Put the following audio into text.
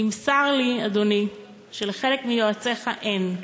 נמסר לי, אדוני, שלחלק מיועציך אין.